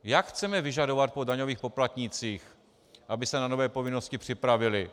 Jak chceme vyžadovat po daňových poplatnících, aby se na nové povinnosti připravili?